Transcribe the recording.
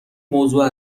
موضوع